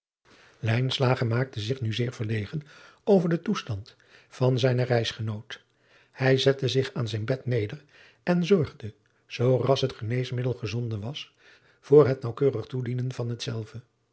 maakte zich nu zeer verlegen over den toestand van zijnen reisgenoot hij zette zich aan zijn bed neder en zorgde zooras het geneesmiddel gezonden was voor het naauwkeurig toedienen van hetzelve